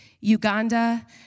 Uganda